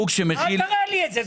אל תראה לי את זה.